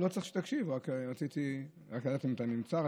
לא צריך שתקשיב, רק רציתי לדעת אם אתה נמצא.